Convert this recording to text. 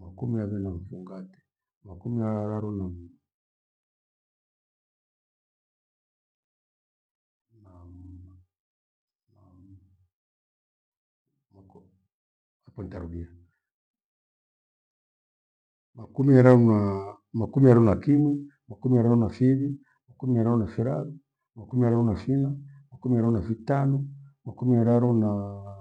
makumi aghe na mfungate, makumi araru nam- nam- nam ako apo nitarudia. Makumi araru naa, makumi araru na kimwi, makumi araru na fiwi, makumi araru nafiraru, makumi araru na fina, makumi ararau na fitanu, makumi araru naa.